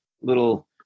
little